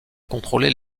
contrôler